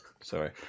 Sorry